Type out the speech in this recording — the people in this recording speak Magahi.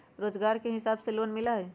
रोजगार के हिसाब से लोन मिलहई?